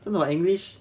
真的 what english